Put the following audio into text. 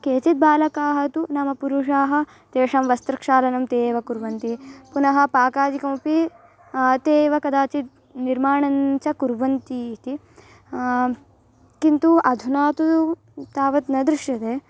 केचिद्बालकाःतु नाम पुरुषाः तेषां वस्त्रक्षालनं ते एव कुर्वन्ति पुनः पाकादिकमपि ते एव कदाचित् निर्माणं च कुर्वन्तीति किन्तु अधुना तु तावद् न दृश्यते